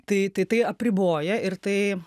tai tai tai apriboja ir tai